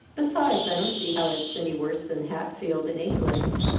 besides, i don't see how it's any worse than hatfield, in england.